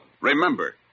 Remember